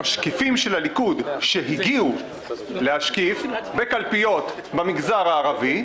שמשקיפים של הליכוד שהגיעו להשקיף בקלפיות במגזר הערבי,